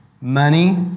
money